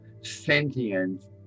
sentient